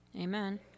Amen